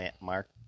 Mark